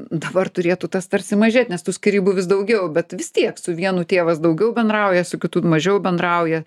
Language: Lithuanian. dabar turėtų tas tarsi mažėt nes tų skyrybų vis daugiau bet vis tiek su vienu tėvas daugiau bendrauja su kitu mažiau bendrauja